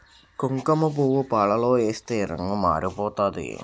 కుంకుమపువ్వు పాలలో ఏస్తే రంగు మారిపోతాది